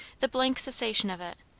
the blank cessation of it,